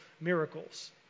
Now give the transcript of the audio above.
miracles